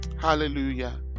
Hallelujah